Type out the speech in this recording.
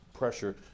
pressure